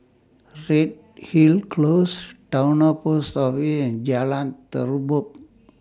Redhill Close Towner Post Office and Jalan Terubok